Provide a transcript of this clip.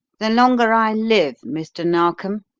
the longer i live, mr. narkom,